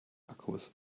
akkus